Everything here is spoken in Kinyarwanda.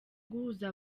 guhuza